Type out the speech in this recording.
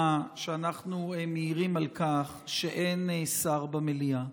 שאנחנו מעירים על כך שאין שר במליאה,